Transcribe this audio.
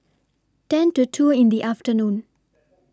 ten to two in The afternoon